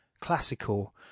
classical